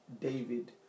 David